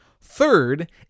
Third